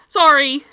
sorry